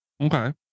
Okay